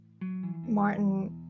Martin